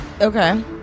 Okay